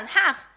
half